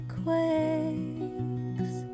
quakes